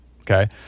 okay